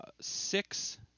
six